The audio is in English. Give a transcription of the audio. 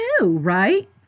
right